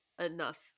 enough